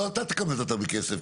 לא אתה תכמת את זה בכסף.